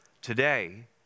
Today